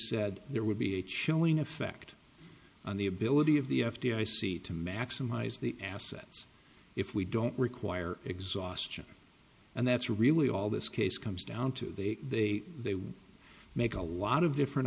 said there would be a chilling effect on the ability of the f d i c to maximize the assets if we don't require exhaustion and that's really all this case comes down to the way they would make a lot of different